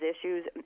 issues